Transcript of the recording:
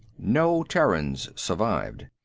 no terrans survived.